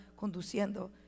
conduciendo